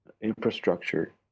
infrastructure